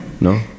No